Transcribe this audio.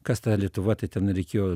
kas ta lietuva tai ten reikėjo